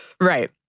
Right